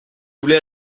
voulez